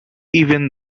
even